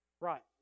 Right